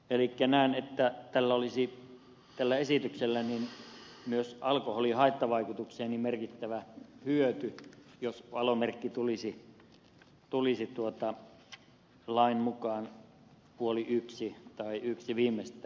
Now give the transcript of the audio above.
elikkä näen että tällä esityksellä olisi myös alkoholin haittavaikutuksiin merkittävä hyöty jos valomerkki tulisi lain mukaan puoli yhdeltä tai yhdeltä viimeistään